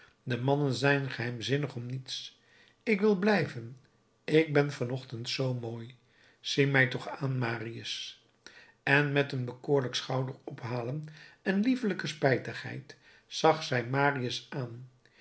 de mannen zijn geheimzinnig om niets ik wil blijven ik ben van ochtend zoo mooi zie mij toch aan marius en met een bekoorlijk schouderophalen en liefelijke spijtigheid zag zij marius aan